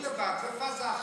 הוא לבד, זאת פאזה אחרת.